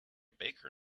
baker